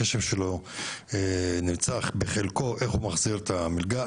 הקשב שלו נמצא בחלקו איך הוא מחזיר את המלגה,